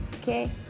Okay